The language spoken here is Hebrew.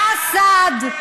באסד.